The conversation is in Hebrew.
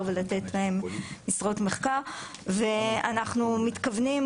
ולתת להם משרות מחקר ואנחנו מתכוונים,